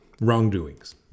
wrongdoings